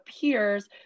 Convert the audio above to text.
peers